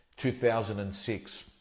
2006